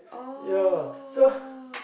oh